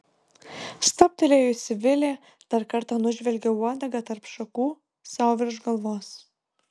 stabtelėjusi vilė dar kartą nužvelgė uodegą tarp šakų sau virš galvos